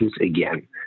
again